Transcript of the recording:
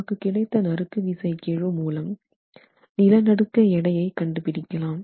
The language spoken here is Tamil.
நமக்கு கிடைத்த நறுக்கு விசை கெழு மூலம் நிலநடுக்க எடையை கண்டுபிடிக்கலாம்